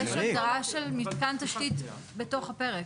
יש הגדרה של מתקן תשתית בתוך הפרק.